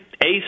Ace